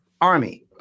army